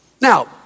Now